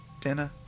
dinner